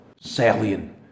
salient